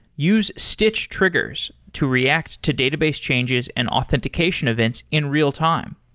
use stitch triggers to react to database changes and authentication events in real-time.